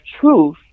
truth